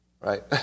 Right